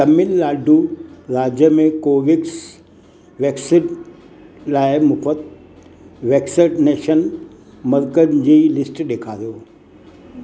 तमिलनाडु राज्य में Covax vaccine लाइ मुफ़्ति वैक्सकनेशन मर्कज़नि जी लिस्ट ॾेखारियो